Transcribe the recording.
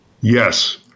Yes